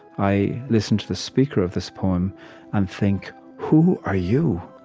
i listen to the speaker of this poem and think, who are you?